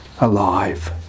alive